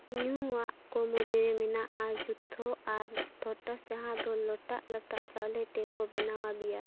ᱧᱩᱣᱟᱜ ᱠᱚ ᱢᱩᱫᱽᱨᱮ ᱢᱮᱱᱟᱜᱼᱟ ᱡᱷᱚᱛᱚ ᱟᱨ ᱛᱷᱚᱴᱚᱥ ᱡᱟᱦᱟᱸ ᱫᱚ ᱞᱚᱴᱟᱜ ᱞᱟᱴᱟᱜ ᱪᱟᱣᱞᱮ ᱛᱮ ᱠᱚ ᱵᱮᱱᱟᱣᱟ ᱵᱤᱭᱟᱨ